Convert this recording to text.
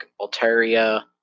Altaria